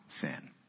sin